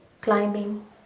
climbing